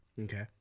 Okay